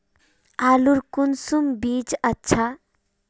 आलूर कुंसम बीज अच्छा?